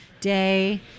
day